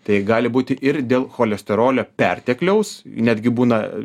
tai gali būti ir dėl cholesterolio pertekliaus netgi būna